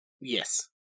Yes